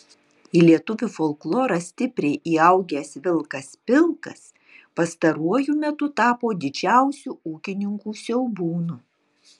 į lietuvių folklorą stipriai įaugęs vilkas pilkas pastaruoju metu tapo didžiausiu ūkininkų siaubūnu